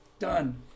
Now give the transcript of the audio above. Done